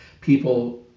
people